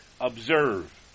observe